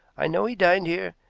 i know he dined here,